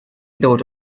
ddod